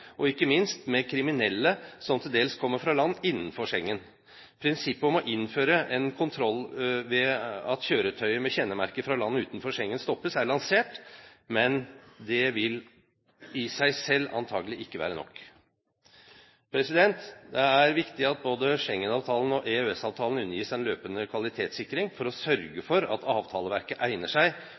og ikke minst med kriminelle, som til dels kommer fra land innenfor Schengen. Prinsippet om å innføre en kontroll ved at kjøretøyer med kjennemerker fra land utenfor Schengen stoppes, er lansert, men det vil i seg selv antakelig ikke være nok. Det er viktig at både Schengen-avtalen og EØS-avtalen undergis en løpende kvalitetssikring for å sørge for at avtaleverket egner seg